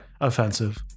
offensive